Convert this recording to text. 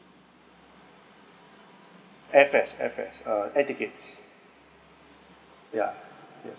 air fares air fares uh air tickets yeah yes